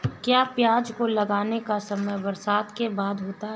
क्या प्याज को लगाने का समय बरसात के बाद होता है?